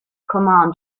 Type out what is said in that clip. command